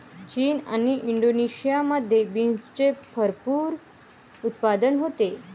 चीन आणि इंडोनेशियामध्ये बीन्सचे भरपूर उत्पादन होते